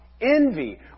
envy